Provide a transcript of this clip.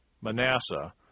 Manasseh